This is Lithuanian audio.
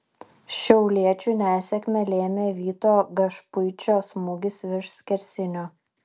šiauliečių nesėkmę lėmė vyto gašpuičio smūgis virš skersinio